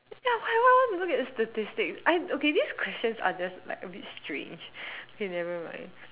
ya why why why people want to look at statistics I okay this question are just like a bit strange okay nevermind